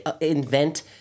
invent